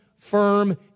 firm